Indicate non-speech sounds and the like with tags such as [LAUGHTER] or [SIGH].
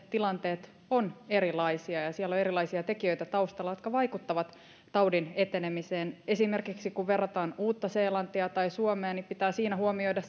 [UNINTELLIGIBLE] tilanteet ovat erilaisia ja siellä on erilaisia tekijöitä taustalla jotka vaikuttavat taudin etenemiseen esimerkiksi kun verrataan uutta seelantia ja suomea niin pitää siinä huomioida [UNINTELLIGIBLE]